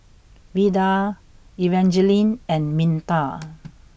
Veda Evangeline and Minta